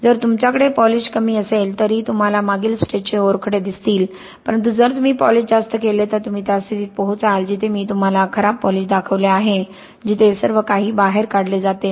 जर तुमच्याकडे पॉलिश कमी असेल तरीही तुम्हाला मागील स्टेजचे ओरखडे दिसतील परंतु जर तुम्ही पॉलिश जास्त केले तर तुम्ही त्या स्थितीत पोहोचाल जिथे मी तुम्हाला खराब पॉलिश दाखवले आहे जिथे सर्व काही बाहेर काढले जाते